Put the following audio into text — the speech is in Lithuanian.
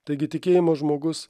taigi tikėjimo žmogus